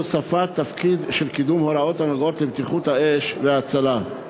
הוספת תפקיד של קידום הוראות הנוגעות לבטיחות האש וההצלה).